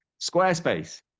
Squarespace